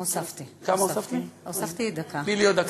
הוספתי דקה.